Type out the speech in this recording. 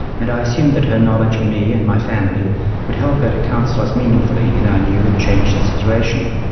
and i assumed that her knowledge of me and my family would help her to counsel us meaningfully in our new and changed situation.